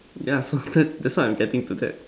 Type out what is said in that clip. ya so that that's why I'm getting to that